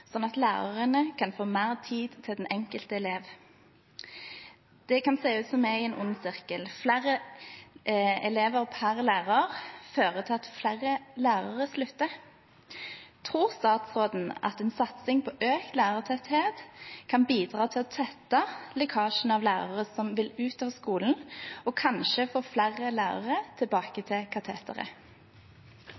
sånn at lærerne kan få mer tid til den enkelte elev. Det kan se ut som om vi er i en ond sirkel. Flere elever per lærer fører til at flere lærere slutter. Tror statsråden at en satsing på økt lærertetthet kan bidra til å tette lekkasjen av lærere som vil ut av skolen, og kanskje få flere lærere tilbake